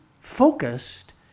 focused